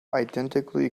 identically